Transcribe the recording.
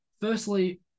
firstly